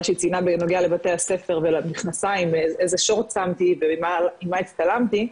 שהיא ציינה בנוגע לבתי הספר ולמכנסיים ואיזה שורטס שמתי ועם מה הצטלמתי.